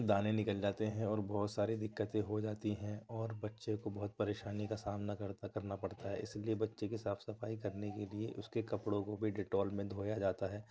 دانے نکل جاتے ہیں اور بہت سارے دقتیں ہو جاتی ہیں اور بچے کو بہت پریشانی کا سامنا کر کرنا پڑتا ہے اِسی لیے بچے کی صاف صفائی کرنے کے لیے اُس کے کپڑوں کو بھی ڈیٹول میں دھویا جاتا ہے